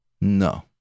No